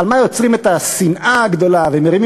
על מה יוצרים את השנאה הגדולה ומרימים